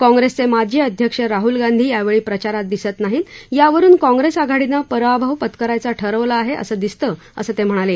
काँग्रेसचे माजी अध्यक्ष राहुल गांधी यावेळी प्रचारात दिसत नाहीत यावरुन काँग्रेस आघाडीनं पराभव पत्करायचा ठरवलं आहे असं दिसतं असं ते म्हणाले